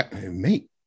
mate